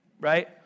right